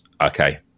okay